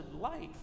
life